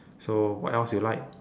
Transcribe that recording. so what else you like